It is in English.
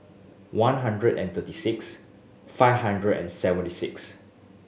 one hundred and thirty six five hundred and seventy six